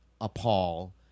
appall